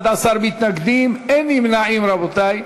11 מתנגדים, אין נמנעים, רבותי.